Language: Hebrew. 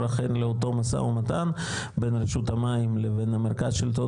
אכן לאותו למשא ומתן בין רשות המים לבין המרכז לשלטון